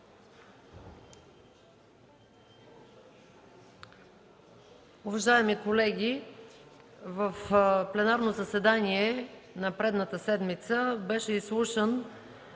Уважаеми колеги, в пленарно заседание от предишната седмица беше изслушан